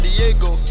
Diego